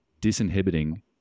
disinhibiting